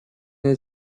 nie